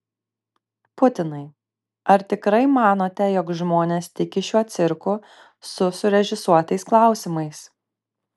putinai ar tikrai manote jog žmonės tiki šiuo cirku su surežisuotais klausimais